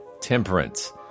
temperance